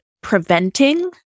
preventing